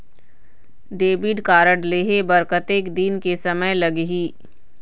Debit card लेहे बर कतेक दिन के समय लगही?